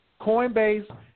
Coinbase